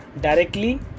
Directly